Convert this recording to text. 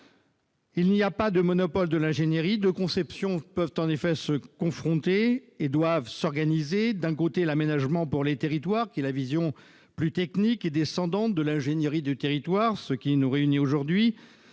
Il n'y a pas de monopole de l'ingénierie. Deux conceptions peuvent en effet se confronter et doivent s'organiser : d'un côté, l'aménagement pour les territoires- vision plus technique et descendante de l'ingénierie des territoires qui nous réunit aujourd'hui